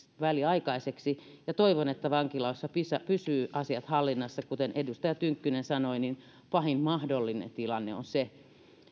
väliaikaiseksi ja toivon että vankiloissa asiat pysyvät hallinnassa kuten edustaja tynkkynen sanoi pahin mahdollinen tilanne on se